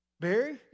Barry